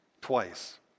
twice